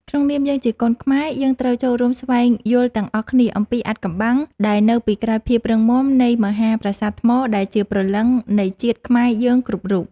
ក្នុងនាមយើងជាកូនខ្មែរ យើងត្រូវចូលរួមស្វែងយល់ទាំងអស់គ្នាអំពីអាថ៌កំបាំងដែលនៅពីក្រោយភាពរឹងមាំនៃមហាប្រាសាទថ្មដែលជាព្រលឹងនៃជាតិខ្មែរយើងគ្រប់រូប។